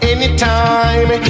Anytime